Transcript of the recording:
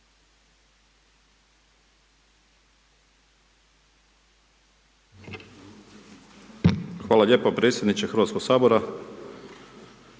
Hvala potpredsjedniče Hrvatskog sabora.